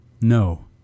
No